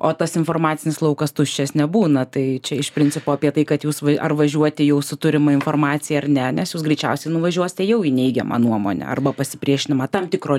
o tas informacinis laukas tuščias nebūna tai čia iš principo apie tai kad jūs ar važiuoti jau su turima informacija ar ne nes jūs greičiausia nuvažiuosite jau į neigiamą nuomonę arba pasipriešinimą tam tikro lygio tarkim